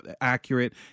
accurate